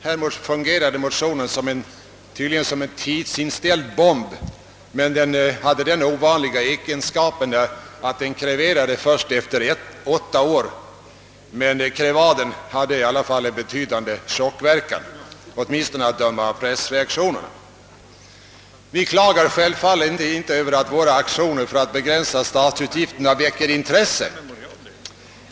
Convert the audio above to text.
Här fungerade motionen tydligen som en tidsinställd bomb. Den hade den ovanliga egenskapen att den kreverade först efter åtta år, men krevaden hade i alla fall betydande chockverkan, åtminstone att döma av pressreaktionen. Vi klagar självfallet inte över att våra aktioner för att begränsa statsutgifterna väcker intresse.